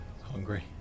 Hungry